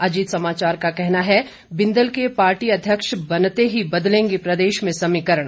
अजीत समाचार का कहना है बिंदल के पार्टी अध्यक्ष बनते ही बदलेंगे प्रदेश में समीकरण